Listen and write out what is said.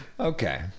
Okay